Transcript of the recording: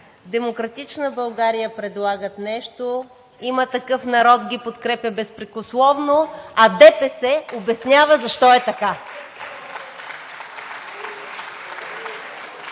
„Демократична България“ предлагат нещо, „Има такъв народ“ ги подкрепя безпрекословно, а ДПС обяснява защо е така.